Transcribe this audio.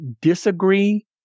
disagree